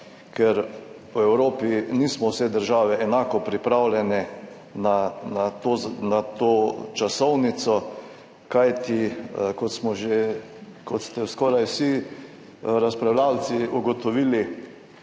ker po Evropi nismo vse države enako pripravljene na to časovnico, kajti kot ste že skoraj vsi razpravljavci ugotovili,